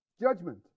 judgment